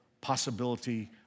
possibility